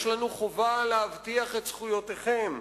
יש לנו חובה להבטיח את זכויותיכם,